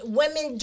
women